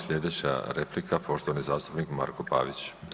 Slijedeća replika poštovani zastupnik Marko Pavić.